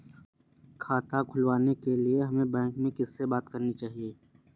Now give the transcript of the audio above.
खाता खुलवाने के लिए हमें बैंक में किससे बात करनी चाहिए?